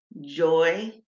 joy